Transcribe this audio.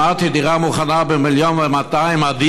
אמרתי: דירה מוכנה ב-1.2 מיליון עדיף,